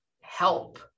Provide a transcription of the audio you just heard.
help